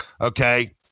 Okay